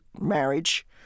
marriage